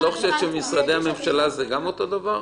את חושבת שבמשרדי הממשלה זה לא אותו דבר?